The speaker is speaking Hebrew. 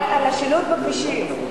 על השילוט בכבישים.